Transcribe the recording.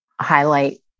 highlight